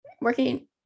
working